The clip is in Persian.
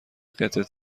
قطعه